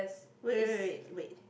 wait wait wait wait